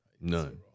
None